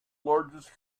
largest